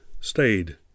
stayed